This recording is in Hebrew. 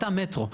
אתה מטרו.